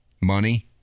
Money